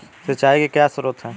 सिंचाई के क्या स्रोत हैं?